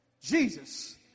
Jesus